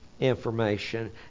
Information